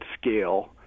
scale